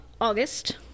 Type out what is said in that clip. august